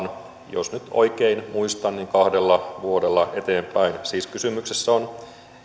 jos nyt oikein muistan kahdella vuodella eteenpäin siis kysymyksessä on